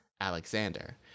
Alexander